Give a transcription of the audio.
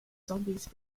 zombies